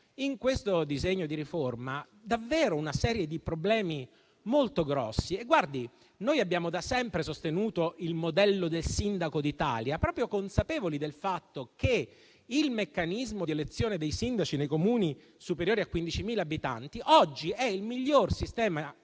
In questo disegno di legge di riforma c'è davvero una serie di problemi molto grossi. Noi abbiamo da sempre sostenuto il modello del sindaco d'Italia proprio consapevoli del fatto che il meccanismo di elezione dei sindaci nei Comuni superiori a 15.000 abitanti oggi è il miglior sistema